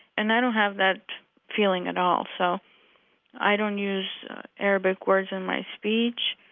and i don't have that feeling at all. so i don't use arabic words in my speech,